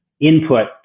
input